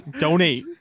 donate